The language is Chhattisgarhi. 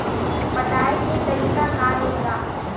पटाय के तरीका का हे एला?